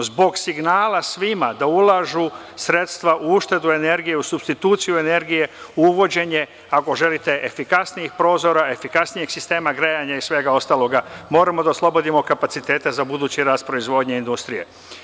Zbog signala svima da ulažu sredstva u uštedu energije, u supstituciju energije, uvođenje, ako želite, efikasnijih prozora, efikasnijeg sistema grejanja i svega ostalog, moramo da oslobodimo kapacitete za budući rast proizvodnje industrije.